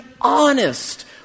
honest